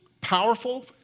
powerful